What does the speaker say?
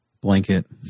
blanket